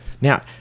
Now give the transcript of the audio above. now